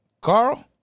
Carl